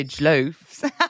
loaves